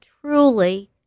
truly